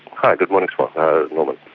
hi, good morning norman.